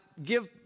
give